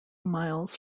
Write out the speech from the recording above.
miles